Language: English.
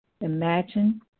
Imagine